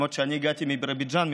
למרות שאני הגעתי מבירוביג'אן,